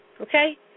Okay